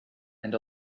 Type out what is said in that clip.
and